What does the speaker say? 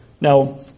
Now